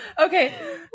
Okay